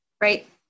right